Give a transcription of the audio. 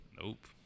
Nope